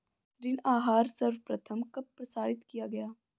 ऋण आहार सर्वप्रथम कब प्रसारित किया गया?